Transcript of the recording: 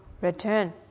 return